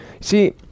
see